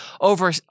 over